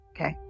Okay